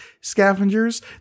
scavengers